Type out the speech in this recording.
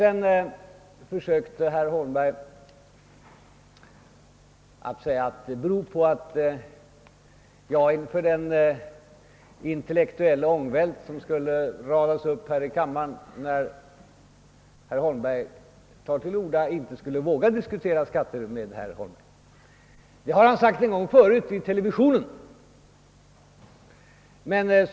Sedan försökte herr Holmberg göra gällande att jag på grund av den intellektuella ångvält som skulle rulla fram här i kammaren när herr Holmberg tog till orda inte skulle våga diskutera skattefrågorna med herr Holmberg. Han har en gång tidigare 1 ett televisionsprogram framfört detta påstående.